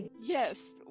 Yes